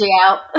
out